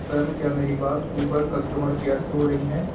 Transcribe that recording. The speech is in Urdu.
سر کیا میری بات اوبر کسٹمر کیئر سے ہو رہی ہے